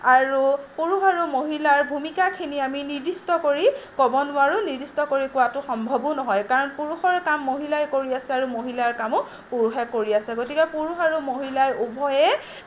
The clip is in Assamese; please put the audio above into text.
আৰু পুৰুষ আৰু মহিলাৰ ভূমিকাখিনি আমি নিৰ্দিষ্ট কৰি ক'ব নোৱাৰোঁ নিৰ্দিষ্ট কৰি কোৱাটো সম্ভৱো নহয় কাৰণ পুৰুষৰ কাম মহিলাই কৰি আছে আৰু মহিলাৰ কামো পুৰুষে কৰি আছে গতিকে পুৰুষ আৰু মহিলা উভয়ে